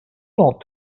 not